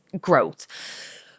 growth